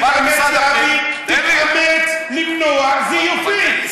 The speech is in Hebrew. בא למשרד הפנים אז תתאמץ, תתאמץ למנוע זיופים.